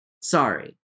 Sorry